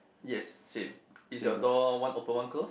yes same is your door one open one close